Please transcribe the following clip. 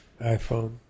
iPhone